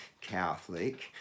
Catholic